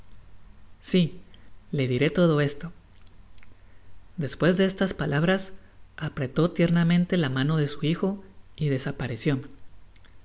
si la diré todo esto despues de estas palabras apretó tiernamente ta mano de su hijo y desapareció